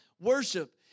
worship